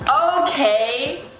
Okay